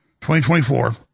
2024